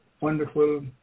wonderful